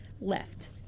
left